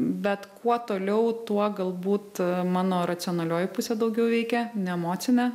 bet kuo toliau tuo galbūt mano racionalioji pusė daugiau veikia ne emocinė